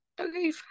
Okay